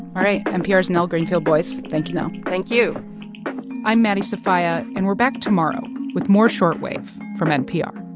right, npr's nell greenfieldboyce thank you, nell thank you i'm maddie sofia, and we're back tomorrow with more short wave from npr